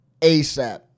ASAP